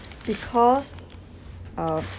because uh